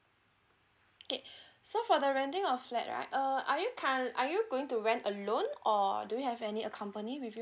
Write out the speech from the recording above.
okay so for the renting of flat right uh are you currently are you going to rent alone or or do you have any accompany with you